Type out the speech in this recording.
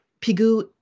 Pigou